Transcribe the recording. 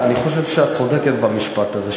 אני חושב שאת צודקת במשפט הזה.